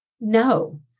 No